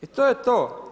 I to je to.